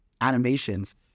animations